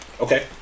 Okay